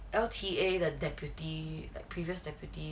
L_T_A the deputy like previous deputy